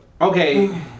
Okay